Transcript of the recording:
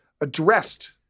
addressed